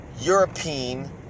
European